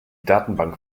datenbank